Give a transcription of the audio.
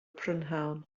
prynhawn